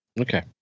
Okay